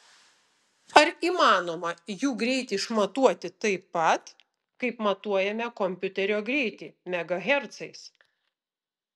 ar įmanoma jų greitį išmatuoti taip pat kaip matuojame kompiuterio greitį megahercais